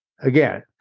again